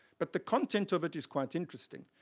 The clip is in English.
but the content of it is quite interesting.